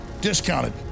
discounted